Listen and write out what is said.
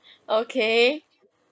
okay